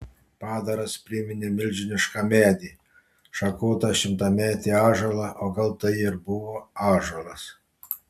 padaras priminė milžinišką medį šakotą šimtametį ąžuolą o gal tai ir buvo ąžuolas